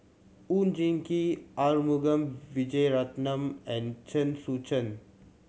Oon Jin Gee Arumugam Vijiaratnam and Chen Sucheng